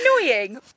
annoying